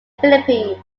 philippines